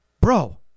bro